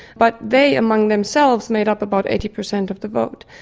but they among themselves made up about eighty percent of the vote.